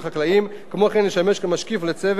ישמש כמשקיף לצוות הבחירות,